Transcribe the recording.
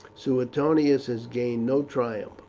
suetonius has gained no triumph.